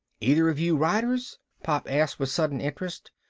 either of you writers? pop asked with sudden interest.